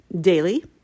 daily